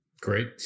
Great